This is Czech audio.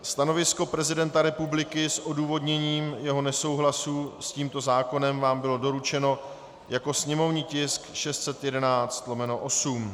Stanovisko prezidenta republiky s odůvodněním jeho nesouhlasu s tímto zákonem vám bylo doručeno jako sněmovní tisk 611/8.